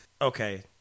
Okay